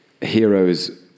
Heroes